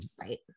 Right